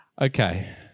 Okay